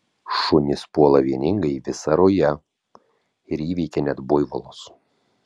šunys puola vieningai visa ruja ir įveikia net buivolus